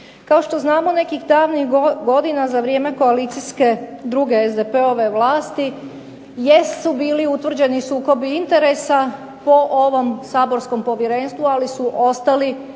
Koliko znamo nekih davnih godina za vrijeme koalicijske druge SDP-ove vlasti jesu bili utvrđeni sukobi interesa po ovom Saborskom povjerenstvu ali su ostali